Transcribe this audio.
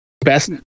best